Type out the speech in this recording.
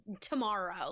tomorrow